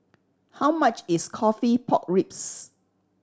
how much is coffee pork ribs